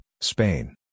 Spain